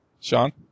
Sean